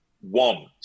one